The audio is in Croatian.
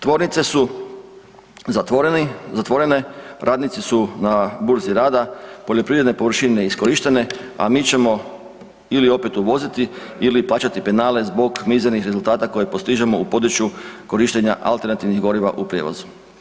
Tvornice su zatvorene, radnici su na burzi rada, poljoprivredne površine neiskorištene, a mi ćemo, ili opet uvoziti ili plaćati penale zbog mizernih rezultata koje postižemo u području korištenja alternativnih goriva u prijevozu.